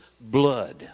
blood